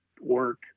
work